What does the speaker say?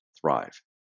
thrive